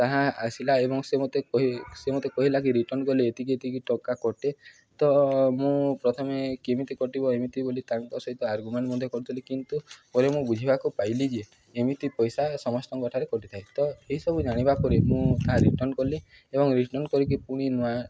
ତାହା ଆସିଲା ଏବଂ ସେ ମୋତେ ସେ ମୋତେ କହିଲା କି ରିଟର୍ଣ୍ଣ କଲେ ଏତିକି ଏତିକି ଟଙ୍କା କଟେ ତ ମୁଁ ପ୍ରଥମେ କେମିତି କଟିବ ଏମିତି ବୋଲି ତାଙ୍କ ସହିତ ଆର୍ଗୁମେଣ୍ଟ ମଧ୍ୟ କରିଦେଲି କିନ୍ତୁ ପରେ ମୁଁ ବୁଝିବାକୁ ପାଇଲି ଯେ ଏମିତି ପଇସା ସମସ୍ତଙ୍କଠାରେ କଟିଥାଏ ତ ଏହିସବୁ ଜାଣିବା ପରେ ମୁଁ ତାହା ରିଟର୍ଣ୍ଣ କଲି ଏବଂ ରିଟର୍ଣ୍ଣ କରିକି ପୁଣି ନୂଆ